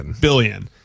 Billion